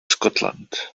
scotland